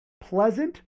pleasant